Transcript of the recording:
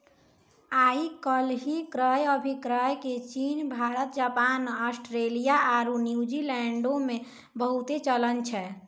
आइ काल्हि क्रय अभिक्रय के चीन, भारत, जापान, आस्ट्रेलिया आरु न्यूजीलैंडो मे बहुते चलन छै